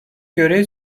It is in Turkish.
görev